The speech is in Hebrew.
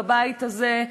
בבית הזה,